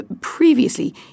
previously